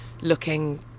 looking